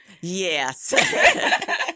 yes